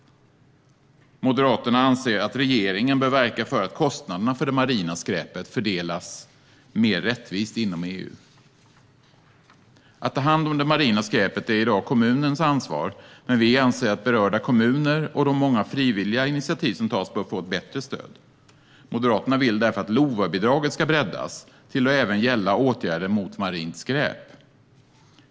Moderaterna anser att regeringen bör verka för att kostnaderna för det marina skräpet ska fördelas mer rättvist inom EU. Att ta hand om det marina skräpet är i dag kommunernas ansvar, men vi anser att berörda kommuner och de många frivilliga initiativ som tas bör få bättre stöd. Moderaterna vill därför att LOVA-bidraget ska breddas till att även gälla åtgärder mot marint skräp.